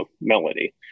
melody